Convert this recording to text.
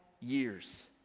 years